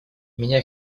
меня